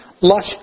lush